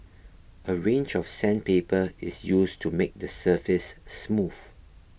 a range of sandpaper is used to make the surface smooth